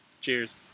Cheers